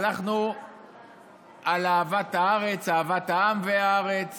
הלכנו על אהבת הארץ, אהבת העם והארץ